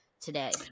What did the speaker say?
today